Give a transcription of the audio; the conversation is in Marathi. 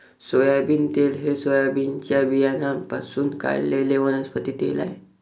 सोयाबीन तेल हे सोयाबीनच्या बियाण्यांपासून काढलेले वनस्पती तेल आहे